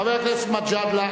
חבר הכנסת מג'אדלה,